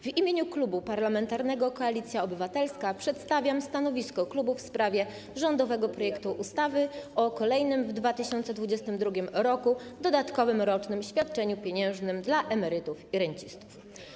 W imieniu Klubu Parlamentarnego Koalicja Obywatelska przedstawiam stanowisko klubu w sprawie rządowego projektu ustawy o kolejnym w 2022 r. dodatkowym rocznym świadczeniu pieniężnym dla emerytów i rencistów.